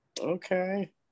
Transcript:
okay